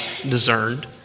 discerned